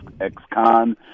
ex-con